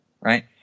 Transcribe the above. Right